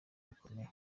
bukomeye